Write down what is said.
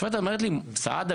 השופטת אומרת לי: סעדה,